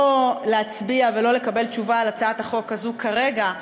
לא להצביע ולא לקבל תשובה על הצעת החוק הזו כרגע,